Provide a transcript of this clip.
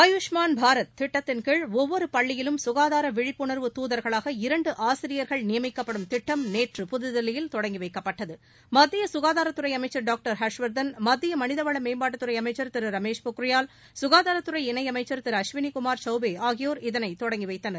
ஆயூஷ்மான் பாரத் திட்டத்தின்கீழ் ஒவ்வொரு பள்ளியிலும் ககாதார விழிட்புணர்வு துதர்களாக இரண்டு ஆசிரியர்கள் நியமிக்கப்படும் திட்டம் நேற்று புதுதில்லியில் தொடங்கி வைக்கப்பட்டது மத்திய ககாதாரத்துறை அமைச்சர் டாக்டர் ஹர்ஷ்வர்தன் மத்திய மனிதவள மேம்பாட்டுத்துறை அமைச்சர் திரு ரமேஷ் பொக்ரியால் சுகாதாரத்துறை இணையமைச்சர் திரு அஷ்வினிகுமார் சௌபே ஆகியோர் இதைத் தொடங்கி வைத்தனர்